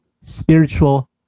spiritual